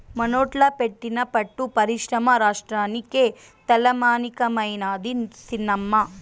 మనోట్ల పెట్టిన పట్టు పరిశ్రమ రాష్ట్రానికే తలమానికమైనాది సినమ్మా